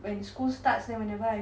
when school starts then whenever I've